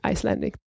Icelandic